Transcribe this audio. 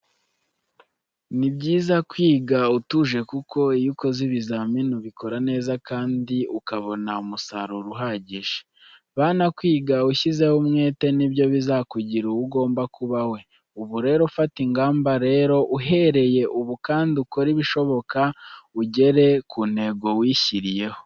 Ni byiza kwiga utuje kuko iyo ukoze ibizamini ubikora neza kandi ukabona umusaruro uhagije. Bana kwiga ushyizeho umwete nibyo bizakugira uwo ugomba kuba we. Ubu rero fata ingamba rero uhereye ubu kandi ukore ibishoboka ugere ku ntego wishyiriyeho.